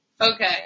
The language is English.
okay